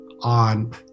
on